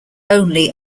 only